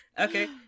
okay